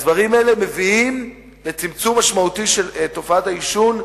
הדברים האלה מביאים לצמצום משמעותי של תופעת העישון,